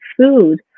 food